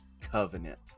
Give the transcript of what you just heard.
Covenant